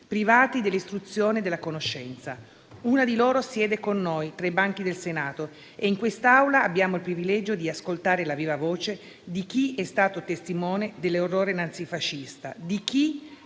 privati dell'istruzione e della conoscenza. Una di loro siede con noi tra i banchi del Senato e in quest'Aula abbiamo il privilegio di ascoltare la viva voce di chi è stato testimone dell'orrore nazifascista, di chi